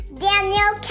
daniel